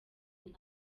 nabi